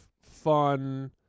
fun